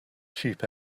cheap